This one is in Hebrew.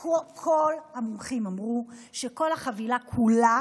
כל המומחים אמרו שכל החבילה כולה